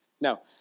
No